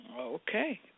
okay